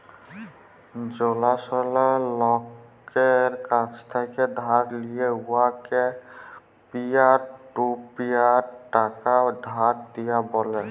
জালাশলা লকের কাছ থ্যাকে ধার লিঁয়ে উয়াকে পিয়ার টু পিয়ার টাকা ধার দিয়া ব্যলে